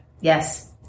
Yes